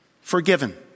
forgiven